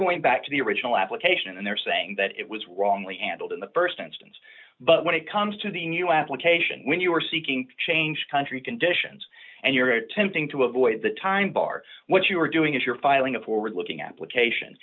going back to the original application and they're saying that it was wrongly and in the st instance but when it comes to the new application when you are seeking change country conditions and you're attempting to avoid the time bar what you're doing is you're filing a forward looking a